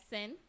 Sin